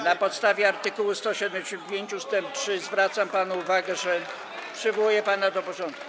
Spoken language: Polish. Na podstawie art. 175 ust. 3 zwracam panu uwagę, przywołuję pana do porządku.